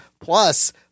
Plus